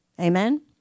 Amen